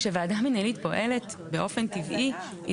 כשוועדה מנהלית פועלת באופן טבעי היא